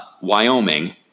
Wyoming